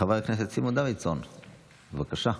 חבר הכנסת סימון דוידסון, בבקשה.